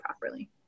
properly